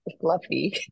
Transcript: fluffy